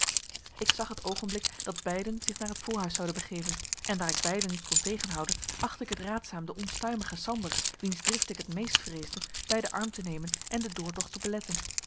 ik zag het oogenblik dat beiden zich naar het voorhuis zouden begeven en daar ik beiden niet kon tegenhouden achtte ik het raadzaam den onstuimigen sander wiens drift ik het meest vreesde bij den arm te nemen en den doortocht te beletten